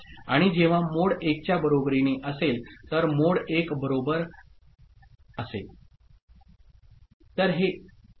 आणि जेव्हा मोड 1 च्या बरोबरीने असेल तर मोड 1 बरोबर असेल